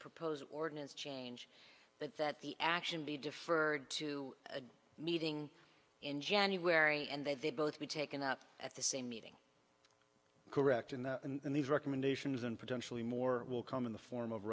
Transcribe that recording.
proposed ordinance change but that the action be deferred to a meeting in january and they both be taken up at the same meeting correct in that and these recommendations and potentially more will come in the form of